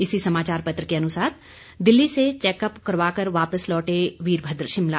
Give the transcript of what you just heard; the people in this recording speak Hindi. इसी समाचार पत्र के अनुसार दिल्ली से चैकअप करवाकर वापस शिमला लौटे वीरभद्र सिंह